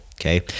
Okay